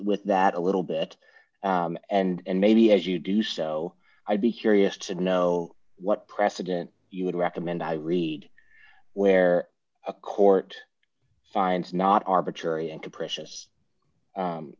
with that a little bit and maybe as you do so i'd be curious to know what precedent you would recommend i read where a court finds not arbitrary and capricious